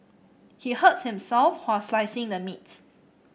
he hurt himself while slicing the meat